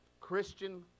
Christian